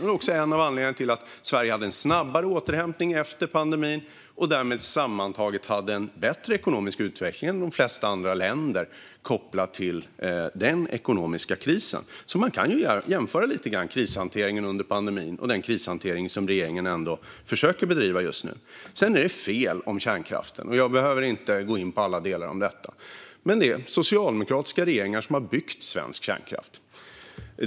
Det var också en av anledningarna till att Sverige hade en snabbare återhämtning efter pandemin och därmed sammantaget hade en bättre ekonomisk utveckling än de flesta andra länder, kopplat till just den ekonomiska krisen. Man kan ju lite grann jämföra krishanteringen under pandemin och den krishantering som regeringen försöker bedriva just nu. Sedan var det som sades om kärnkraften fel, och jag behöver inte gå in på alla delar om detta. Men det är socialdemokratiska regeringar som har byggt svensk kärnkraft.